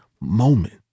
moment